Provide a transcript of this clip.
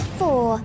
four